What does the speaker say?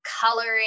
coloring